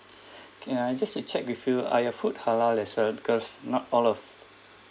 can I just to check with you are your food halal restaurant because not all of